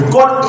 God